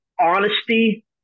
honesty